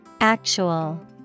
Actual